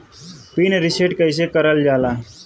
Pin reset कईसे करल जाला?